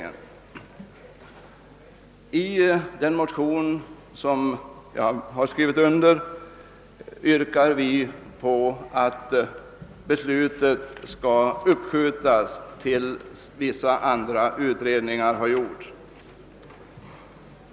I den motion — II: 1099, likalydande med motionen I: 850 — som jag har skrivit under yrkar vi på att beslutet skall uppskjutas tills vissa andra utredningar har gjorts.